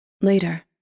Later